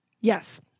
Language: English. Yes